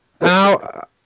Now